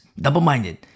Double-minded